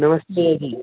नमस्ते जी